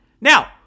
Now